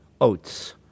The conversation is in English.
oats